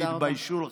תתביישו לכם.